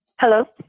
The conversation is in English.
hello.